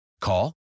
Call